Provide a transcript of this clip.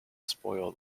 spoil